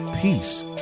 peace